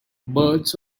birds